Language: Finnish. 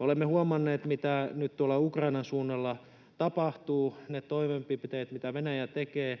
Olemme huomanneet, mitä nyt tuolla Ukrainan suunnalla tapahtuu. Ne toimenpiteet, mitä Venäjä tekee,